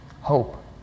Hope